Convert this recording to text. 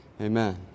Amen